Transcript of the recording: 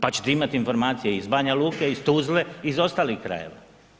Pa ćete imati informacije iz Banja Luke, iz Tuzle, iz ostalih krajeva.